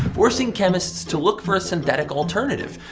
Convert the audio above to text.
forcing chemists to look for a synthetic alternative.